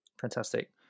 Fantastic